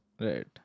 Right